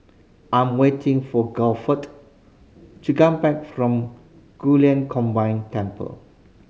I am waiting for Guilford to come back from Guilin Combined Temple